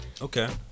Okay